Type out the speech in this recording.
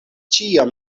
ĉiam